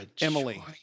Emily